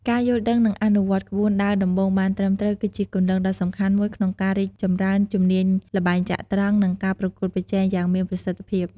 ការយល់ដឹង និងអនុវត្តក្បួនដើរដំបូងបានត្រឹមត្រូវ គឺជាគន្លងដ៏សំខាន់មួយក្នុងការរីកចម្រើនជំនាញល្បែងចត្រង្គ និងការប្រកួតប្រជែងយ៉ាងមានប្រសិទ្ធភាព។